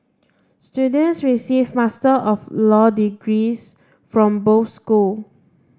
students receive Master of Law degrees from both school